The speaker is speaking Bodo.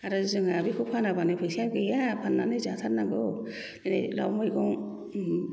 आरो जोंहा बेखौ फानाबानो फैसायानो गैया फाननानै जाथारनांगौ जेरै लाव मैगं